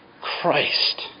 Christ